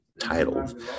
titled